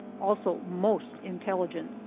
also most intelligent.